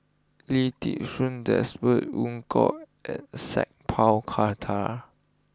Lee Ti Seng Desmond Evon Kow and Sat Pal Khattar